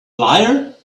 liar